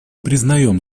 признаем